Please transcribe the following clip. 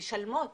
משלמות